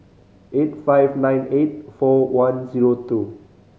eight five nine eight four one zero two